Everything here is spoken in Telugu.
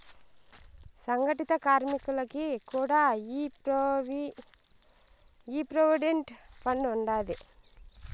సంగటిత కార్మికులకి కూడా ఈ ప్రోవిడెంట్ ఫండ్ ఉండాది